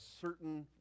certain